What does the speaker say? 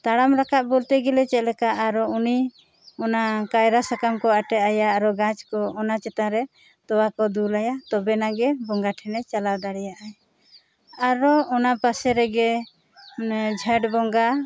ᱛᱟᱲᱟᱢ ᱨᱟᱠᱟᱵ ᱵᱚᱞᱛᱮ ᱜᱮᱞᱮ ᱪᱮᱫ ᱞᱮᱠᱟ ᱟᱨᱚ ᱩᱱᱤ ᱚᱱᱟ ᱠᱟᱭᱨᱟ ᱥᱟᱠᱟᱢ ᱠᱚ ᱟᱴᱮᱫ ᱟᱭᱟ ᱟᱨ ᱜᱟᱪᱷ ᱠᱚ ᱚᱱᱟ ᱪᱮᱛᱟᱱ ᱨᱮ ᱛᱚᱣᱟ ᱠᱚ ᱫᱩᱞᱟᱭᱟ ᱛᱚᱵᱮ ᱱᱟᱜᱮ ᱵᱚᱸᱜᱟ ᱴᱷᱮᱱᱼᱮ ᱪᱟᱞᱟᱣ ᱫᱟᱲᱮᱭᱟᱜᱼᱟᱭ ᱟᱨᱚ ᱚᱱᱟ ᱯᱟᱥᱮ ᱨᱮᱜᱮ ᱡᱷᱮᱸᱴ ᱵᱚᱜᱟᱸ